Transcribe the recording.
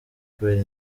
kubera